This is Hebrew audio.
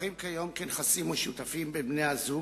מוכרים כיום כנכסים משותפים בין בני-הזוג,